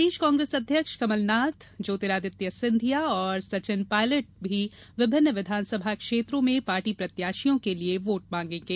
प्रदेश कांग्रेस अध्यक्ष कमलनाथ और ज्योतिरादित्य सिंधिया सचिन पायलटभी विभिन्न विधानसभा क्षेत्रों में पार्टी प्रत्याशियों के लिए वोट मांगेगे